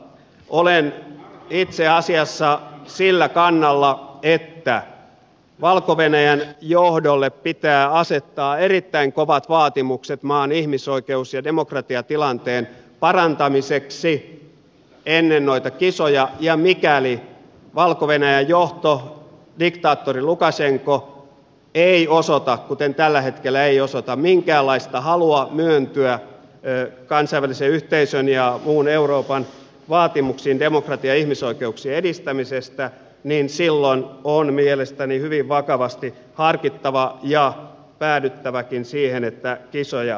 olen itse asiassa sillä kannalla että valko venäjän johdolle pitää asettaa erittäin kovat vaatimukset maan ihmisoikeus ja demokratiatilanteen parantamiseksi ennen noita kisoja ja mikäli valko venäjän johto diktaattori lukasenka ei osoita kuten tällä hetkellä ei osoita minkäänlaista halua myöntyä kansainvälisen yhteisön ja muun euroopan vaatimuksiin demokratian ja ihmisoikeuksien edistämisestä niin silloin on mielestäni hyvin vakavasti harkittava ja päädyttäväkin siihen että kisoja ei järjestetä